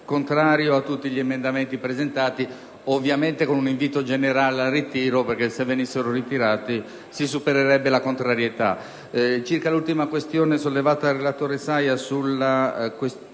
contrario a tutti gli emendamenti presentati, ovviamente con un invito generale al ritiro perché, se venissero ritirati, si supererebbe la contrarietà.